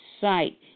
site